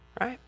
right